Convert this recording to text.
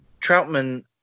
Troutman